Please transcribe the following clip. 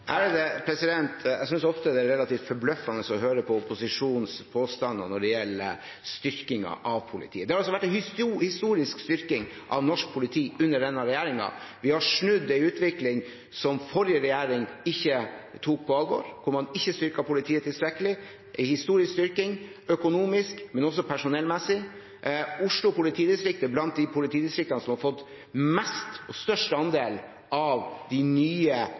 Jeg synes ofte det er relativt forbløffende å høre på opposisjonens påstander når det gjelder styrkingen av politiet. Det har altså vært en historisk styrking av norsk politi under denne regjeringen. Vi har snudd en utvikling som forrige regjering ikke tok på alvor – hvor man ikke styrket politiet tilstrekkelig – en historisk styrking økonomisk, men også personellmessig. Oslo politidistrikt er blant de politidistriktene som har fått mest og den største andelen av de nye